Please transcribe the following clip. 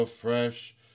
Fresh